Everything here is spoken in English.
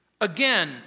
again